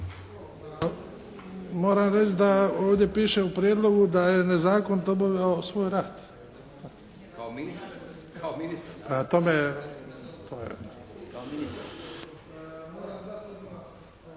Moram reći da ovdje piše u prijedlogu da je nezakonito obavljao svoj rad. … /Upadica: